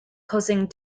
causing